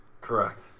Correct